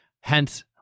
hence